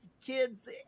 kids